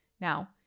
now